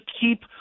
keep